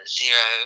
zero